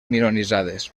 minoritzades